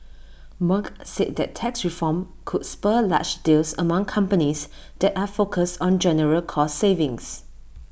Merck said that tax reform could spur large deals among companies that are focused on general cost savings